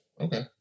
Okay